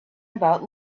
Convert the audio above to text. about